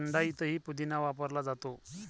थंडाईतही पुदिना वापरला जातो